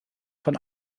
von